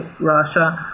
Russia